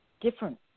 different